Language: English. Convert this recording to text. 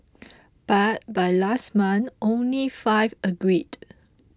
but by last month only five agreed